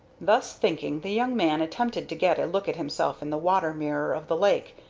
thus thinking, the young man attempted to get a look at himself in the water-mirror of the lake,